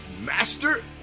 master